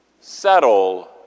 settle